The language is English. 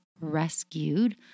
rescued